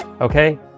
Okay